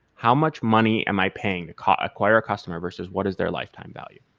how much money am i paying to acquire customer versus what is their lifetime value?